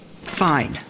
Fine